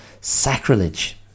Sacrilege